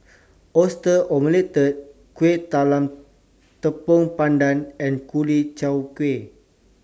Oyster Omelette Kuih Talam Tepong Pandan and Ku Chai Kueh